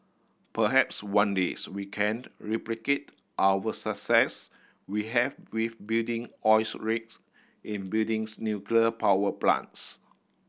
perhaps one days we can't replicate our success we have with building oils rigs in buildings nuclear power plants